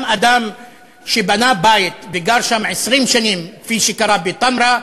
גם אדם שבנה בית וגר שם 20 שנים, כפי שקרה בתמרה,